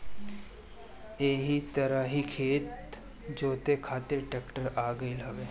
एही तरही खेत जोते खातिर ट्रेक्टर आ गईल हवे